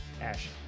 Ash